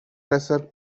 pressure